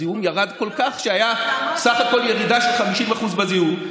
הזיהום ירד כל כך שהייתה בסך הכול ירידה של 50% בזיהום.